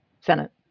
Senate